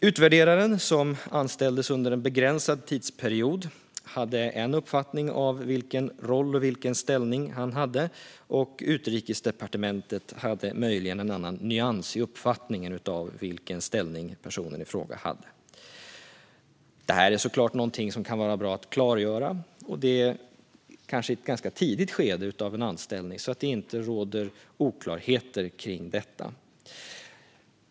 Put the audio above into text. Utvärderaren, som var anställd under en begränsad tidsperiod, hade en uppfattning om vilken roll och ställning han hade, och Utrikesdepartementet hade möjligen en annan nyans i uppfattningen om vilken ställning personen i fråga hade. Detta är såklart någonting som kan vara bra att klargöra, och det i ett ganska tidigt skede av en anställning så att det inte råder oklarheter kring detta.